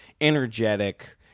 energetic